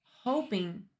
hoping